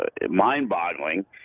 mind-boggling